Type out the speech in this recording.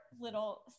little